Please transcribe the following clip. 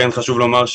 כן חשוב לדבר,